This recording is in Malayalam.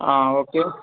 അഹ് ഓക്കേ